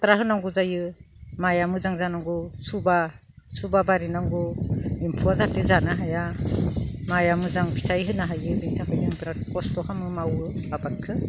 थाथ्रा होनांगौ जायो माइआ मोजां जानांगौ सुबा सुबा बारिनांगौ एम्फौआ जाहाथे जानो हाया माइआ मोजां फिथाय होनो हायो बिनि थाखायनो आं बिराद खस्थ' खालामो मावो आबादखो